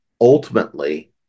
ultimately